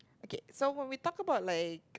okay so when we talk about like